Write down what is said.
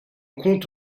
compte